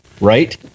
right